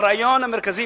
הרעיון המרכזי